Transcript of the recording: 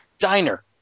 Diner